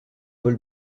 paul